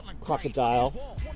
Crocodile